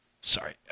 Sorry